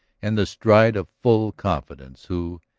and the stride of full confidence, who,